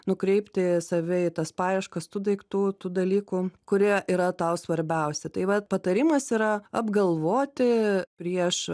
nukreipti save į tas paieškas tų daiktų tų dalykų kurie yra tau svarbiausi tai vat patarimas yra apgalvoti prieš